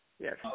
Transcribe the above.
Yes